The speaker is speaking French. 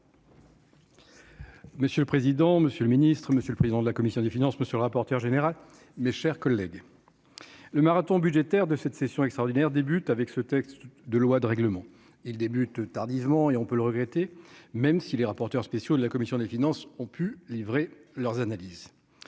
Monsieur le président, Monsieur le Ministre, Monsieur le président de la commission des finances, monsieur le rapporteur général, mes chers collègues, le marathon budgétaire de cette session extraordinaire débute avec ce texte de loi de règlement, il débute tardivement et on peut le regretter, même si les rapporteurs spéciaux de la commission des finances ont pu livrer leurs analyses,